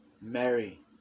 Mary